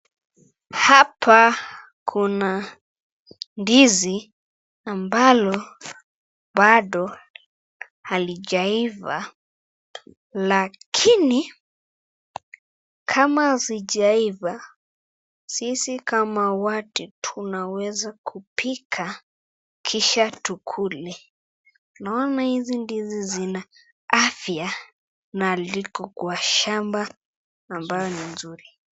Hapa kuna ndizi ambalo bado halijaiva lakini kama hazijaiva sisi kama watu tunaweza kupika kisha tukule naona hizi ndizi zina afya na liko kwa shamba ambayo ni nzuri.